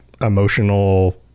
emotional